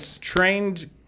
trained